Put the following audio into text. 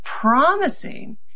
promising